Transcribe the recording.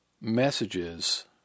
messages